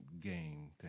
game